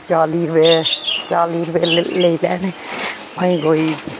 चाली रुपे लेई लैन्ने भाएं कोई